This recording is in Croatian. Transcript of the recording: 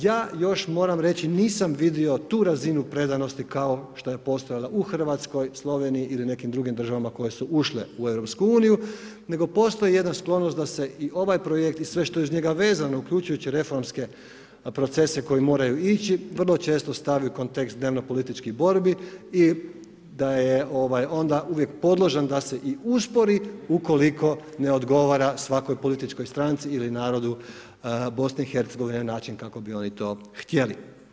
Ja još moram reći nisam vidio tu razinu predanosti kao što je postojala u Hrvatskoj, Sloveniji ili nekim drugim državama koje su ušle u EU nego postoji jedna sklonost da se i ovaj projekt i sve što je uz njega vezano uključujući i reformske procese koji moraju ići, vrlo često stavi u kontekst dnevno političkih borbi i da je onda uvijek podložan da se i uspori ukoliko ne odgovara svakoj političkoj stranici ili narodu BiH na način kako bi oni to htjeli.